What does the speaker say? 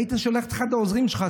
היית שולח את אחד העוזרים שלך,